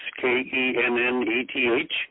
K-E-N-N-E-T-H